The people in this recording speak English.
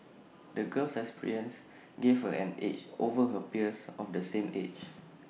the girl's experiences gave her an edge over her peers of the same age